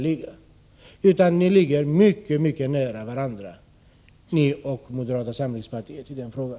Ni socialdemokrater och moderata samlingspartiet ligger mycket nära varandra i den frågan.